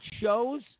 shows